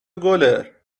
گلر